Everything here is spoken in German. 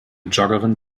joggerin